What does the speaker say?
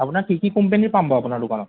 আপোনাৰ কি কি কোম্পেনীৰ পাম বাৰু আপোনাৰ দোকানত